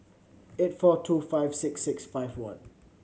eight four two five six six five one